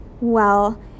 Well